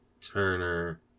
Turner